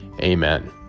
Amen